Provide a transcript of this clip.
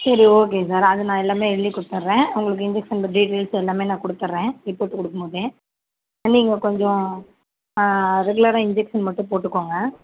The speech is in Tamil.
சரி ஓகே சார் அது நான் எல்லாமே எழுதிக் கொடுத்துர்றேன் உங்களுக்கு இன்ஜெக்க்ஷன் டீடெல்ஸ் எல்லாமே நான் கொடுத்துர்றேன் ரிப்போர்ட் கொடுக்கும்போதே நீங்கள் கொஞ்சம் ரெகுலராக இன்ஜெக்க்ஷன் மட்டும் போட்டுக்கோங்க